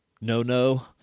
No-No